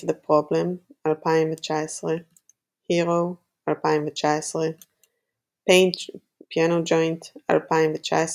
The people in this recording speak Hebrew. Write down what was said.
the Problem 2019 - Hero 2019 - Piano Joint 2021